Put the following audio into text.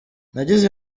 nagize